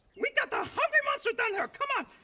we got the hungry monster down here, come on.